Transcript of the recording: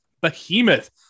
behemoth